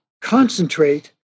concentrate